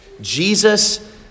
Jesus